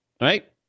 Right